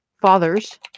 father's